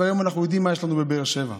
והיום אנחנו יודעים מה יש לנו בבאר שבע.